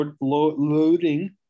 loading